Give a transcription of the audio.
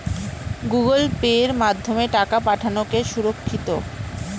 Google পের মাধ্যমে টাকা পাঠানোকে সুরক্ষিত?